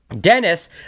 Dennis